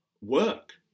work